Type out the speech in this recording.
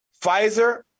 Pfizer